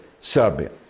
Serbia